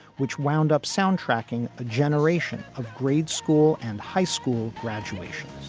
which wound up sound tracking a generation of grade school and high school graduation